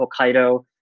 Hokkaido